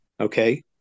Okay